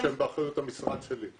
אלה פרויקטים שהם באחריות המשרד שלי.